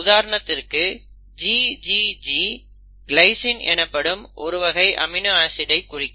உதாரணத்திற்கு GGG glycine எனப்படும் ஒரு வகை அமினோ ஆசிடை குறிக்கும்